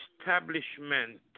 establishment